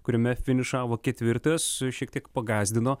kuriame finišavo ketvirtas šiek tiek pagąsdino